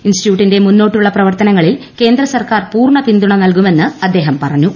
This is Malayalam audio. ഇൻസ്റ്റിറ്റ്യൂറ്റിന്റെ മുന്നോട്ടുള്ള പ്രവർത്തനങ്ങളിൽ കേന്ദ്ര സർക്കാർ പൂർണ പിന്തുണ നൽകുമെന്ന് അദ്ദേഹം പറഞ്ഞു